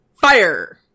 Fire